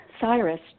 Cyrus